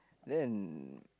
then